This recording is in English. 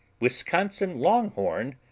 wisconsin longhorn,